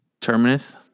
Terminus